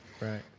Right